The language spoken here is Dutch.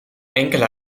enkele